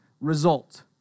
result